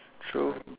true